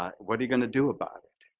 what are you going to do about it?